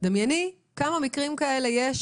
דמייני כמה מקרים כאלה יש